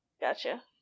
gotcha